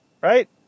right